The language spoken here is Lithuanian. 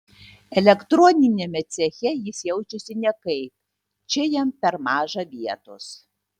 elektroniniame ceche jis jaučiasi nekaip čia jam per maža vietos